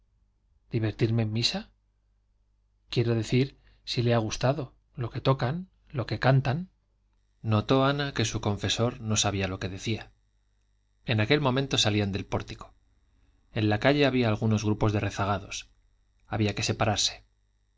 divertirme en misa quiero decir si le ha gustado lo que tocan lo que cantan notó ana que su confesor no sabía lo que decía en aquel momento salían del pórtico en la calle había algunos grupos de rezagados había que separarse